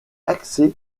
axé